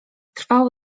trwało